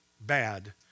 bad